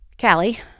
Callie